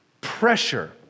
pressure